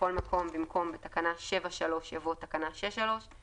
בכל מקום במקום "תקנה 7(3)" יבוא "תקנה 6(3)";